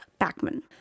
Backman